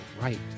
right